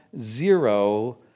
Zero